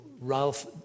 Ralph